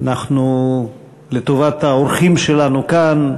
לטובת האורחים כאן,